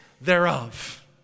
thereof